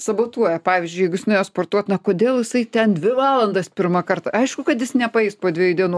sabotuoja pavyzdžiui jeigu jis nuėjo sportuot na kodėl jisai ten dvi valandas pirmąkart aišku kad jis nepaeis po dviejų dienų